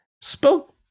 spoke